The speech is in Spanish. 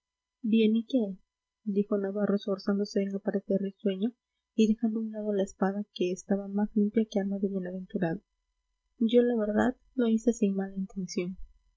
bien y qué dijo navarro esforzándose en aparecer risueño y dejando a un lado la espada que estaba más limpia que alma de bienaventurado yo la verdad lo hice sin mala intención